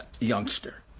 youngster